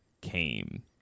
came